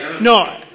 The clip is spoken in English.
No